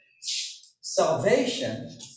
salvation